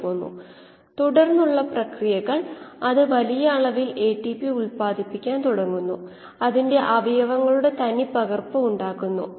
സ്ഥിരമായ പ്രവർത്തനത്തിൽ critical dilution rate algebra ഉപയോഗിച്ച് ആണ് കണ്ടു പിടിക്കുന്നത്